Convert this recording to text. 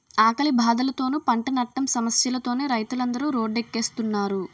ఆకలి బాధలతోనూ, పంటనట్టం సమస్యలతోనూ రైతులందరు రోడ్డెక్కుస్తున్నారు